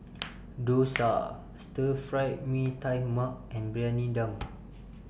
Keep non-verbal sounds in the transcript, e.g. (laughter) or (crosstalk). Dosa Stir Fry Mee Tai Mak and Briyani Dum (noise)